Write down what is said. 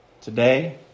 today